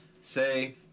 say